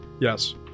yes